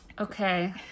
Okay